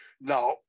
Now